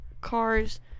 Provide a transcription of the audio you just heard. cars